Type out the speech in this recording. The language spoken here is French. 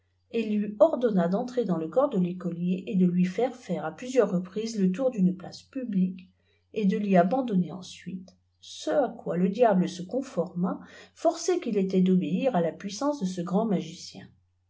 et lui ordonna d'entrer dans le corps de l'écolier et de fui faire faire à plusieurs reprises le tour d'une place publique et de l'y abandonner ensuite ce à quoi le diable se conforma forcé qu'il était d'obéir à la puissance de ce grand magicien